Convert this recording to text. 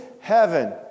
heaven